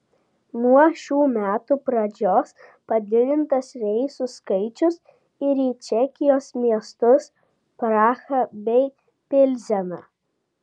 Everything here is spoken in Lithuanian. nuo šių metų pradžios padidintas reisų skaičius ir į čekijos miestus prahą bei pilzeną